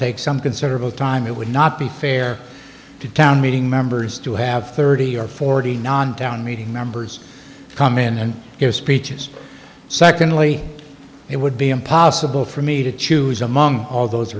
take some considerable time it would not be fair to town meeting members to have thirty or forty non town meeting members come in and give speeches secondly it would be impossible for me to choose among all those